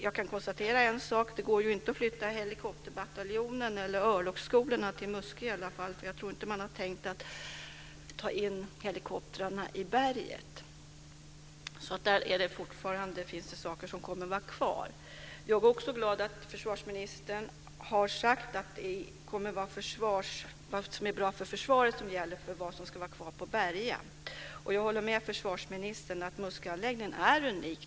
Jag kan konstatera en sak, det går inte att flytta helikopterbataljonen eller örlogsskolorna till Muskö i alla fall. Jag tror inte att man har tänkt ta in helikoptrarna i berget. Det är saker som fortfarande kommer att vara kvar. Jag är också glad att försvarsministern har sagt att det kommer att vara det som är bra för försvaret som gäller för vad som ska vara kvar på Berga. Jag håller med försvarsministern om att Musköanläggningen är unik.